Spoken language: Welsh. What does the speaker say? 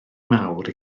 mawr